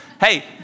Hey